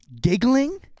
Giggling